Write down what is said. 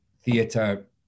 theatre